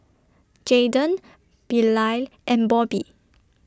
Jaden Bilal and Bobbie